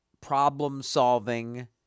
problem-solving